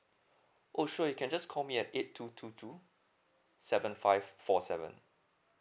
oh sure you can just call me at eight two two two seven five four seven